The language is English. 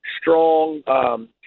strong